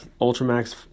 Ultramax